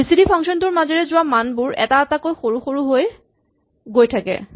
G C D function টোৰ মাজেৰে যোৱা মানবোৰ এটা এটাকৈ সৰু হৈ হৈ গৈ থাকে